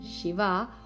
Shiva